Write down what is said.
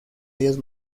ellos